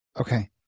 Okay